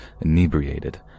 inebriated